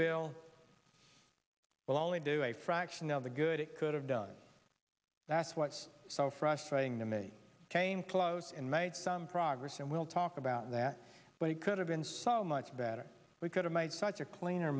bill will only do a fraction of the good it could have done that's what's so frustrating to me came close and made some progress and we'll talk about that but it could have been solved much better we could've made such a cleaner